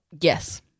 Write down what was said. Yes